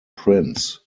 prince